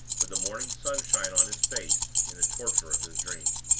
with the morning sunshine on his face, in the torture of his dream.